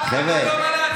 גם לא מה להצביע.